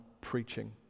preaching